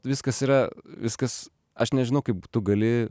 viskas yra viskas aš nežinau kaip tu gali